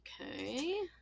okay